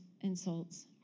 insults